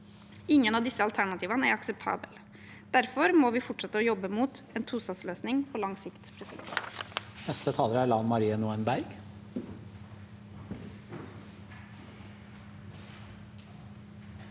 Ingen av disse alternativene er akseptable. Derfor må vi fortsette å jobbe mot en tostatsløsning på lang sikt.